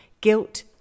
Guilt